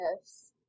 Yes